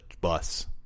bus